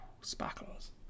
Sparkles